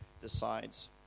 decides